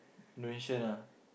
Indonesian ah